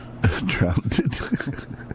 Drowned